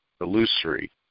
illusory